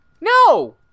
No